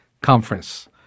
conference